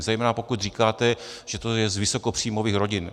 Zejména pokud říkáte, že to je z vysokopříjmových rodin.